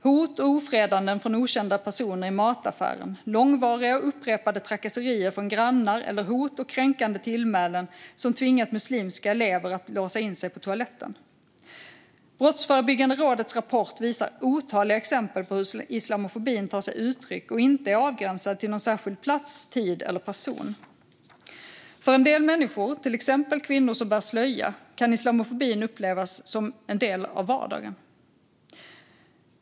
Hot och ofredanden från okända personer i mataffären, långvariga och upprepade trakasserier från grannar eller hot och kränkande tillmälen som tvingat muslimska elever att låsa in sig på toaletten - Brottsförebyggande rådets rapport visar otaliga exempel på hur islamofobin tar sig uttryck och inte är avgränsad till någon särskild plats, tid eller person. För en del människor, till exempel kvinnor som bär slöja, kan islamofobin upplevas som en del av vardagen.